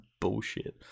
bullshit